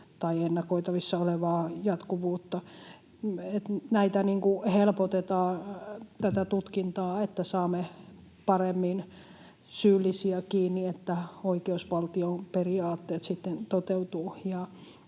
tai ennakoitavissa olevaa jatkuvuutta, että helpotetaan tätä tutkintaa, että saamme paremmin syyllisiä kiinni, että oikeusvaltion periaatteet sitten toteutuvat